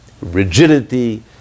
rigidity